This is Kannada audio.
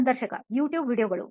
ಸಂದರ್ಶಕ ಯುಟ್ಯೂಬ್ ವೀಡಿಯೊಗಳು